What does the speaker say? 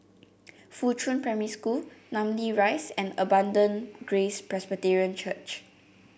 Fuchun Primary School Namly Rise and Abundant Grace Presbyterian Church